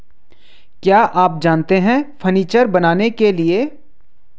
क्या आप जानते है फर्नीचर बनाने के लिए सागौन की लकड़ी का उपयोग किया जाता है